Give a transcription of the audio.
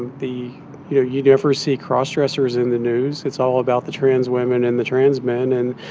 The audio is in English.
the you know, you never see cross-dressers in the news. it's all about the trans women and the trans men. and,